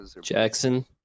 Jackson